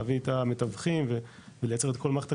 להביא את המתווכים ולייצר את כל מערכת הקשרים,